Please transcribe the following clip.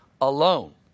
alone